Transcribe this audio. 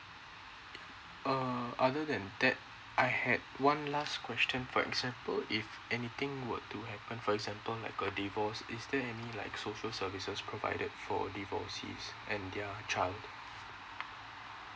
uh other than that I had one last question for example so if anything were to happen for example like a divorce is there any like social services was provided for divorcees and their child